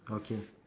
okay